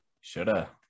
shoulda